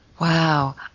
Wow